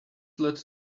led